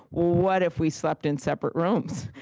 what if we slept in separate rooms?